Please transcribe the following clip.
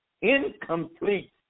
incomplete